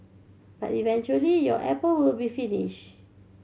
but eventually your apple will be finish